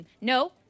No